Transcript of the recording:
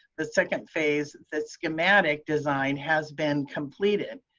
the second phase, the schematic design has been completed.